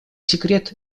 секрет